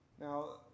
Now